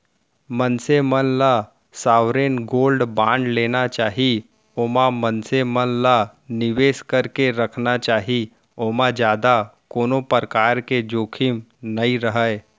मनसे मन ल सॉवरेन गोल्ड बांड लेना चाही ओमा मनसे मन ल निवेस करके रखना चाही ओमा जादा कोनो परकार के जोखिम नइ रहय